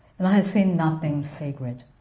and i have seen nothing sacred,